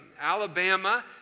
Alabama